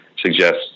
suggests